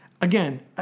Again